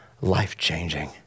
life-changing